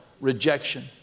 rejection